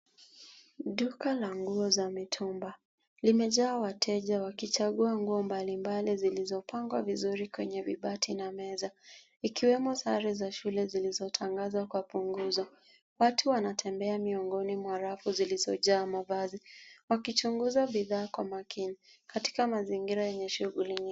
Duka la nguo za mitumba. Limejaa wateja wakichagua nguo mbalimbali zilizopangwa vizuri kwenye vibati na meza vikiwemo sare za shule zilizotangazwa kwa punguzo. Watu wanatembea miongoni mwa rafu zilizojaa mavazi wakichunguza bidhaa kwa makini katika mazingira yenye shughuli nyingi.